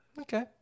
Okay